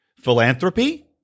philanthropy